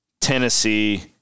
Tennessee